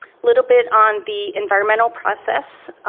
little bit on the environmental process,